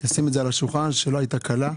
ושים את זה על השולחן שלא הייתה קלה,